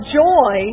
joy